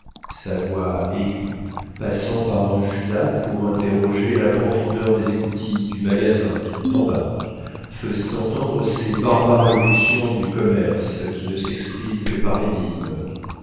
sa voix aiguë passant par un judas pour interroger la profondeur des écoutilles du magasin d'en bas faisait entendre ces barbares locutions du commerce qui ne s'exprime que par énigmes